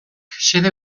xede